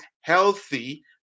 healthy